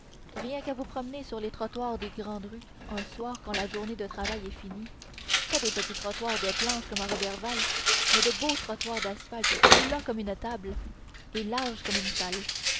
rien qu'à vous promener sur les trottoirs des grandes rues un soir quand la journée de travail est finie pas des petits trottoirs de planches comme à roberval mais de beaux trottoirs d'asphalte plats comme une table et larges comme une